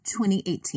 2018